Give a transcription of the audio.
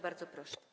Bardzo proszę.